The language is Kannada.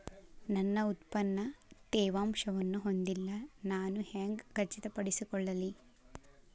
ನನ್ನ ಉತ್ಪನ್ನ ತೇವಾಂಶವನ್ನು ಹೊಂದಿಲ್ಲಾ ನಾನು ಹೆಂಗ್ ಖಚಿತಪಡಿಸಿಕೊಳ್ಳಲಿ?